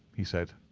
he said.